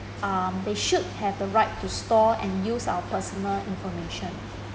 um they should have the right to store and use our personal information